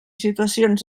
situacions